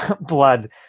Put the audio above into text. blood